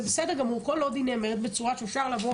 בסדר גמור כל עוד היא נאמרת בצורה נאותה.